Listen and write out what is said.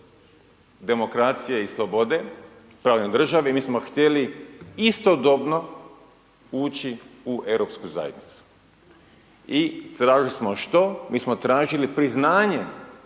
demokracije i slobode, pravnoj državi mi smo htjeli istodobno ući u europsku zajednicu i tražili smo što, mi smo tražili priznanje